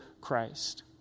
Christ